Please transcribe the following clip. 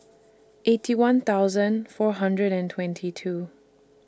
Eighty One thousand four hundred and twenty two